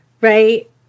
right